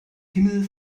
himmel